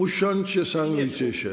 Usiądźcie, szanujcie się.